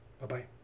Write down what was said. Bye-bye